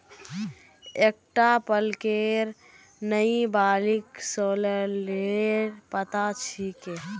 ईटा पलकेर नइ बल्कि सॉरेलेर पत्ता छिके